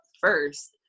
first